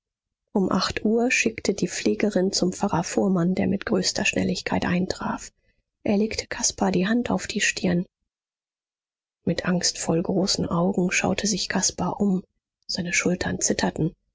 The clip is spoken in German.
um acht uhr schickte die pflegerin zum pfarrer fuhrmann der mit größter schnelligkeit eintraf er legte caspar die hand auf die stirn mit angstvoll großen augen schaute sich caspar um seine schultern zitterten